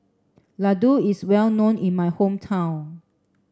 Laddu is well known in my hometown